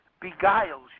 beguiles